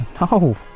No